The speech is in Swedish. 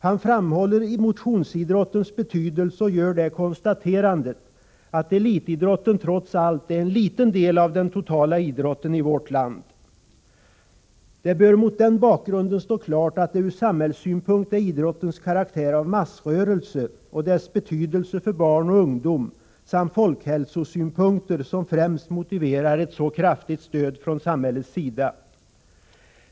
Han framhåller motionsidrottens betydelse och gör konstaterandet att elitidrotten trots allt är en liten del av den totala idrotten i vårt land. Det bör mot den bakgrunden stå klart att det ur samhällssynpunkt är idrottens karaktär av massrörelse och dess betydelse för barn och ungdom samt folkhälsosynpunkter som främst motiverar ett så kraftigt stöd från samhällets sida.